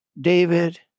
David